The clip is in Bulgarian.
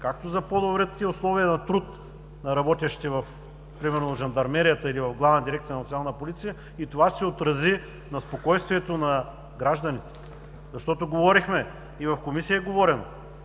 за по-добри условия на труд на работещите например в Жандармерията или в Главна дирекция „Национална полиция“ и това ще се отрази на спокойствието на гражданите. Защото говорихме, и в Комисия е говорено,